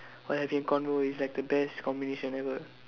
while having a convo is like the best combination ever